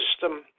system